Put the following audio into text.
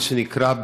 מה שנקרא,